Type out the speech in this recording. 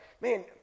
man